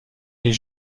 les